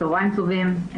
צוהריים טובים.